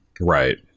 Right